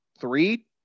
three